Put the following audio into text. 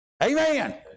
Amen